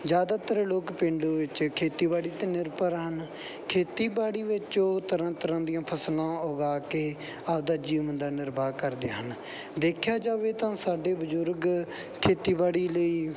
ਜ਼ਿਆਦਾਤਰ ਲੋਕ ਪਿੰਡ ਵਿੱਚ ਖੇਤੀਬਾੜੀ 'ਤੇ ਨਿਰਭਰ ਹਨ ਖੇਤੀਬਾੜੀ ਵਿੱਚ ਉਹ ਤਰ੍ਹਾਂ ਤਰ੍ਹਾਂ ਦੀਆਂ ਫਸਲਾਂ ਉਗਾ ਕੇ ਆਪਣਾ ਜੀਵਨ ਦਾ ਨਿਰਵਾਹ ਕਰਦੇ ਹਨ ਦੇਖਿਆ ਜਾਵੇ ਤਾਂ ਸਾਡੇ ਬਜ਼ੁਰਗ ਖੇਤੀਬਾੜੀ ਲਈ